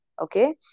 Okay